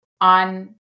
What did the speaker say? on